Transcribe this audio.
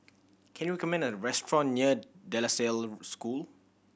can you recommend a restaurant near De La Salle School